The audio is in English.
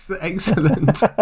Excellent